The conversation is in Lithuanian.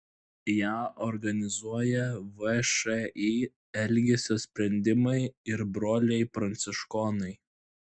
ją organizuoja všį elgesio sprendimai ir broliai pranciškonai